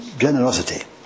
generosity